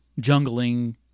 Jungling